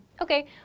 Okay